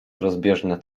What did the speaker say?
rozbieżne